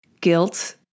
guilt